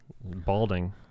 balding